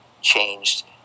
changed